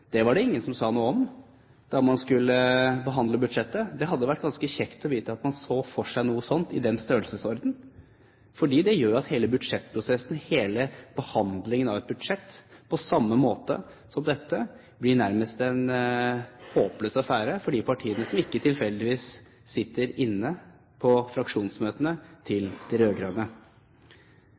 Det var det ingen som sa noe om da man skulle behandle budsjettet. Det hadde vært ganske kjekt å vite at man så for seg noe i den størrelsesorden, for det gjør at hele budsjettprosessen, hele behandlingen av et budsjett – på samme måte som dette – nærmest blir en håpløs affære for de partiene som ikke tilfeldigvis er til stede på fraksjonsmøtene til de